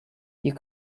you